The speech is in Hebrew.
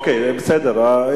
ועדת רווחה מתעסקת עם, אוקיי, בסדר.